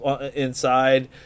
inside